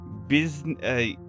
business